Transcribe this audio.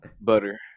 Butter